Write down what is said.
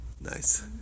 Nice